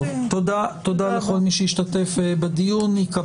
יש לנו